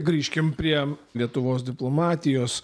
grįžkim prie lietuvos diplomatijos